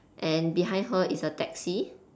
and behind her is a taxi